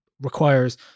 requires